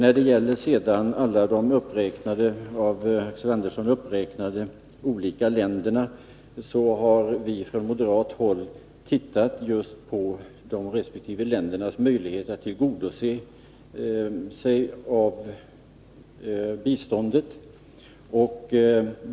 Beträffande alla de av Axel Andersson uppräknade olika länderna har vi från moderat håll sett just på resp. lands möjlighet att tillgodogöra sig biståndet.